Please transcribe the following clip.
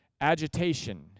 agitation